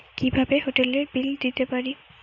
কিভাবে হোটেলের বিল দিতে পারি?